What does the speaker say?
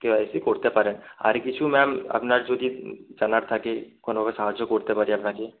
কে Y C করতে পারেন আর কিছু ম্যাম আপনার যদি জানার থাকে কোনোভাবে সাহায্য করতে পারি আপনাকে